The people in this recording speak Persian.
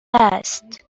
است